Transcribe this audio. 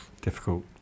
Difficult